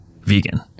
vegan